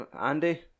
Andy